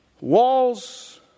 Walls